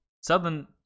southern